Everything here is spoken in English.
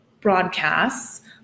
broadcasts